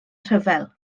rhyfel